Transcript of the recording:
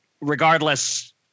regardless